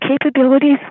capabilities